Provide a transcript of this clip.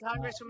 Congresswoman